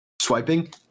swiping